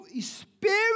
spirit